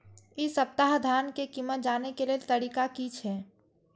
इ सप्ताह धान के कीमत जाने के लेल तरीका की छे?